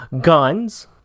Guns